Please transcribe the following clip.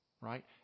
right